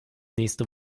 nächste